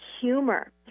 humor